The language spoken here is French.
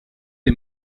est